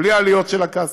בלי העליות של הקסטל,